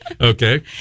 Okay